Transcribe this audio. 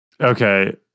okay